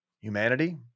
humanity